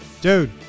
Dude